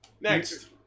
Next